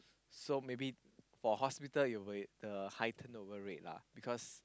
so maybe for hospital it will the high turnover rate lah because